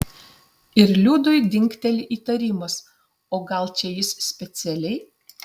ir liudui dingteli įtarimas o gal čia jis specialiai